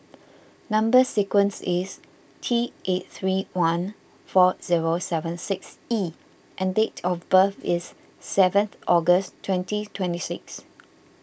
Number Sequence is T eight three one four zero seven six E and date of birth is seventh August twenty twenty six